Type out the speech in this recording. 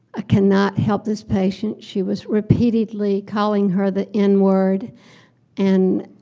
ah cannot help this patient. she was repeatedly calling her the n-word and